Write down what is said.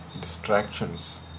distractions